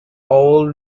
all